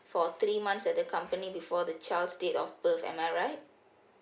for three months at the company before the child's date of birth am I right